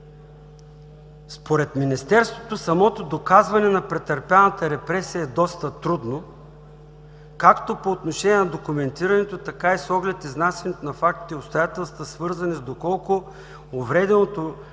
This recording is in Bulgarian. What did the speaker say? „Според Министерството самото доказване на претърпяната репресия е доста трудно както по отношение на документирането, така и с оглед изнасянето на фактите и обстоятелствата, свързани с – доколко увреденото